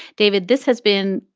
david, this has been,